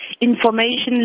information